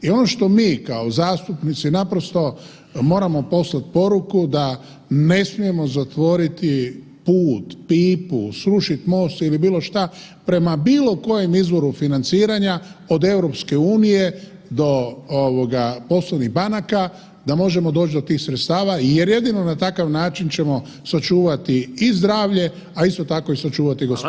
I ono što mi kao zastupnici naprosto moramo poslati poruku da ne smijemo zatvoriti put, pipu, srušit most ili bilo šta prema bilo kojem izvoru financiranja od EU do poslovnih banaka, da možemo doći do tih sredstava jer jedino na takav način ćemo sačuvati i zdravlje, a isto tako i sačuvati gospodarstvo.